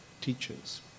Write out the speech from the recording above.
teachers